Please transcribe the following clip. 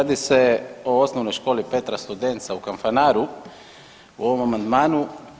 Radi se o Osnovnoj školi Petra Studenca u Kanfanaru u ovom amandmanu.